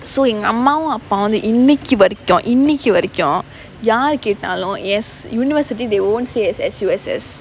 so எங்க அம்மாவும் அப்பாவும் வந்து இன்னைக்கு வரைக்கும் இன்னைக்கு வரைக்கும் யாருகேட்டாலும்:enga ammavum appavum vanthu innaikku varaikkum innaikku varaikkum yaarukettaalum yes என்:en university they won't say as S_U_S_S